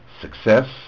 success